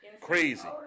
crazy